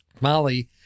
Molly